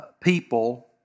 people